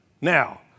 Now